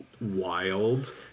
wild